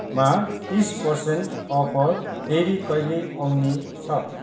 मा तिस percent offer फेरि कहिले आउने छ